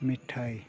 ᱢᱤᱴᱷᱟᱭ